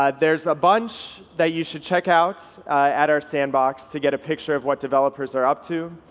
ah there's a bunch that you should check out at our sandbox to get a picture of what developers are up to.